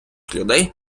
людей